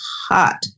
hot